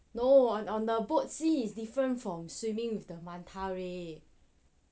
no on on the boat see is different from swimming with the manta rays